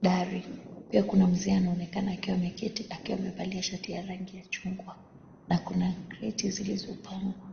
dari. Pia kuna mzee anaonekana akiwa amevalia shati ya chungwa na kuna kreti zilizopangwa.